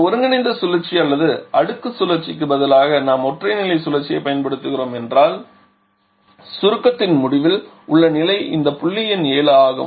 இந்த ஒருங்கிணைந்த சுழற்சி அல்லது அடுக்கு சுழற்சிக்கு பதிலாக நாம் ஒற்றை நிலை சுழற்சியைப் பயன்படுத்துகிறோம் என்றால் சுருக்கத்தின் முடிவில் உள்ள நிலை இந்த புள்ளி எண் 7 ஆகும்